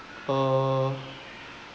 uh